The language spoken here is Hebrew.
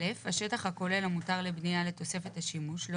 (א)השטח הכולל המותר לבניה לתוספת השימוש לא